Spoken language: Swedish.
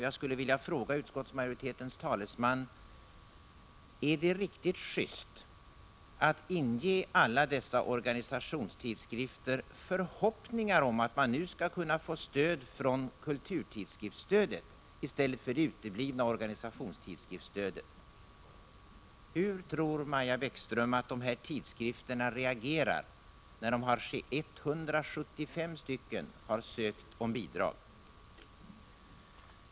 Jag skulle vilja fråga utskottets talesman: Är det riktigt juste att inge alla dessa organisationstidskrifter förhoppningar om att de nu skall kunna få bidrag från kulturtidskriftsstödet, i stället för det uteblivna organisationstidskriftsstödet? Hur tror Maja Bäckström reaktionen blir från de här tidskrifterna, när 175 st har sökt bidrag och en handfull får bidrag.